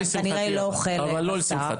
כנראה לא אוכל בשר --- אבל לא לשמחתי.